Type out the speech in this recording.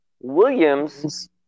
Williams